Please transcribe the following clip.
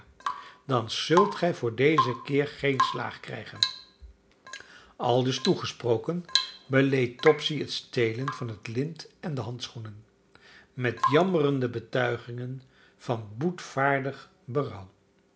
dan zult gij voor dezen keer geen slaag krijgen aldus toegesproken beleed topsy het stelen van het lint en de handschoenen met jammerende betuigingen van boetvaardig